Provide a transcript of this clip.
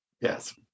Yes